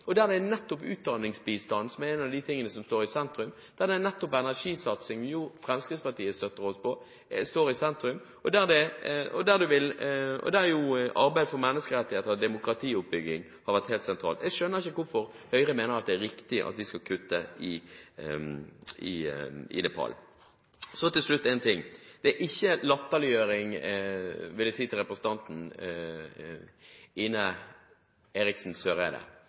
sentrum, energisatsing, som Fremskrittspartiet støtter oss på, står i sentrum, og arbeidet for menneskerettigheter og demokratioppbygging har vært helt sentralt. Jeg skjønner ikke hvorfor Høyre mener det er riktig at vi skal kutte i Nepal. Så til slutt: Jeg vil si til representanten Ine M. Eriksen Søreide at det er ikke latterliggjøring